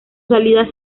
salida